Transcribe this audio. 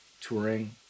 touring